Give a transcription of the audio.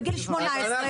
בגיל 18,